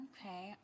Okay